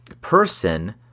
person